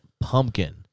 Pumpkin